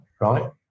right